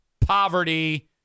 poverty